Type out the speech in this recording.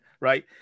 right